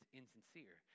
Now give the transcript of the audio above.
insincere